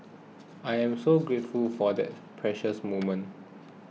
I am so grateful for that precious moment